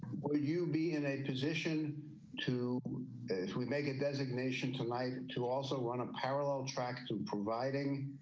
will you be in a position to if we make a designation tonight to also want a parallel track to providing